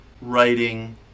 writing